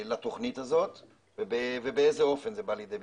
לתכנית הזאת ובאיזה אופן זה בא לידי ביטוי.